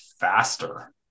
faster